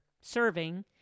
serving